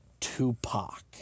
Tupac